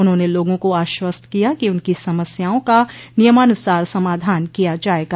उन्होंने लोगों को आश्वस्त किया कि उनकी समस्याओं का नियमानुसार समाधान किया जायेगा